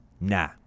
Nah